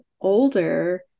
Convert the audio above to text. older